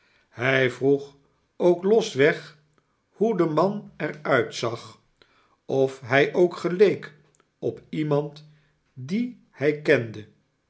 hij vroeg ook los weg hoe de man er uitzag of hij ook geleek op iemand dien hij kende